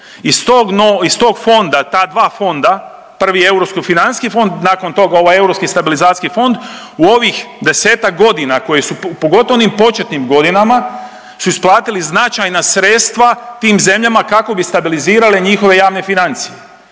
Iz tog fonda ta dva fonda, prvi je Europski financijski fond, nakon toga ovaj Europski stabilizacijski fond u ovih desetak godina, pogotovo u onim početnim godinama su isplatili značajna sredstva tim zemljama kako bi stabilizirale njihove javne financije.